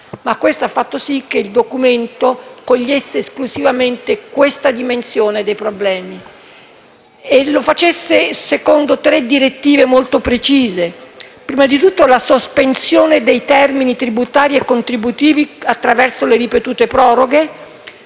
ma questo ha fatto sì che il documento cogliesse esclusivamente questa dimensione dei problemi e lo facesse secondo tre direttive molto precise: prima di tutto, la sospensione dei termini tributari e contributivi attraverso le ripetute proroghe,